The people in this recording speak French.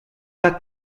pas